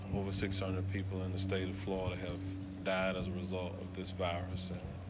over six hundred people in the state of florida have died as a result of this farm soon.